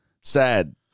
sad